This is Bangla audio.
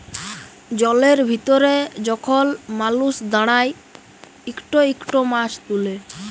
জলের ভিতরে যখল মালুস দাঁড়ায় ইকট ইকট মাছ তুলে